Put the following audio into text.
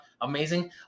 Amazing